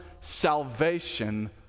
salvation